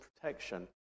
protection